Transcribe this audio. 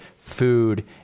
Food